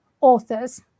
authors